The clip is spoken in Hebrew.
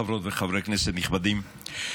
חברות וחברי כנסת נכבדים,